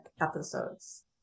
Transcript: episodes